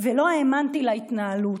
ולא האמנתי להתנהלות.